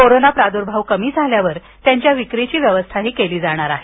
corona प्रादुर्भाव कमी झाल्यावर त्यांच्या विक्रीची व्यवस्थाही केली जाणार आहे